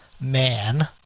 man